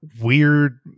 weird